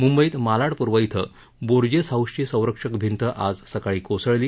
मुंबईत मालाड पूर्व क्वे बोर्जेस हाऊसची संरक्षण भिंत आज सकाळी कोसळली